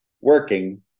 working